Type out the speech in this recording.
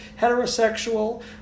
heterosexual